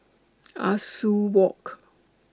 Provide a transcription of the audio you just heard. Ah Soo Walk